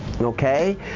okay